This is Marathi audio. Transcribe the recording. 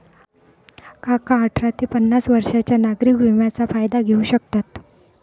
काका अठरा ते पन्नास वर्षांच्या नागरिक विम्याचा फायदा घेऊ शकतात